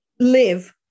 Live